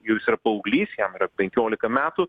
jau jis yra paauglys jam yra penkiolika metų